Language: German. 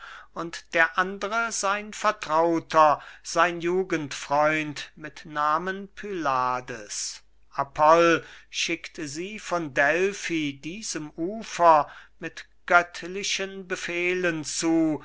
und der andre sein vertrauter sein jugendfreund mit namen pylades apoll schickt sie von delphi diesem ufer mit göttlichen befehlen zu